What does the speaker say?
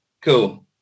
cool